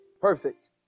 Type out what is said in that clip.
perfect